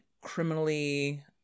criminally